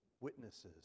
witnesses